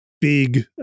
big